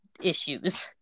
issues